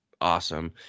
awesome